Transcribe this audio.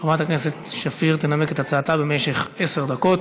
חברת הכנסת שפיר תנמק את הצעתה במשך עשר דקות.